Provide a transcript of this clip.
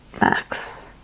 max